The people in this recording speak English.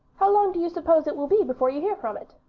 how long do you suppose it will be before you hear from it?